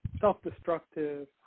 self-destructive